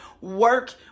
work